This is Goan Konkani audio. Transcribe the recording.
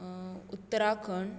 उत्तराखंड